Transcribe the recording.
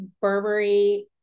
Burberry